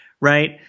right